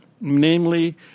namely